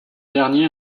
dernier